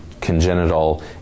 congenital